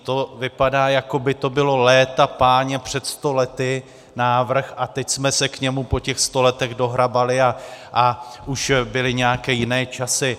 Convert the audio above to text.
To vypadá, jako by to byl léta páně před sto lety návrh, a teď jsme se k němu po těch sto letech dohrabali a už byly nějaké jiné časy.